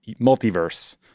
multiverse